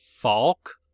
Falk